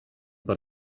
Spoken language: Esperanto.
por